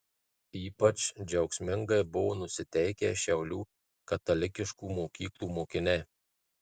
ypač džiaugsmingai buvo nusiteikę šiaulių katalikiškų mokyklų mokiniai